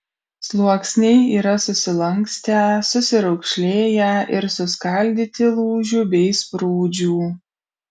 sluoksniai yra susilankstę susiraukšlėję ir suskaldyti lūžių bei sprūdžių